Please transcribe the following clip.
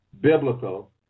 biblical